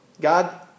God